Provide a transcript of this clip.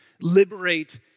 liberate